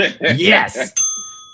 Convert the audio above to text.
Yes